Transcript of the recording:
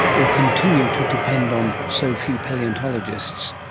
or continue to depend on so few palaeontologists?